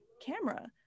camera